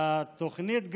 והתוכנית,